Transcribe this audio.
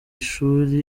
ishuri